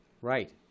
Right